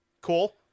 cool